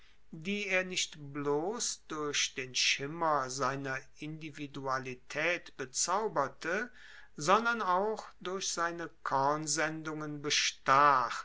die er nicht bloss durch den schimmer seiner individualitaet bezauberte sondern auch durch seine kornsendungen bestach